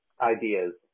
ideas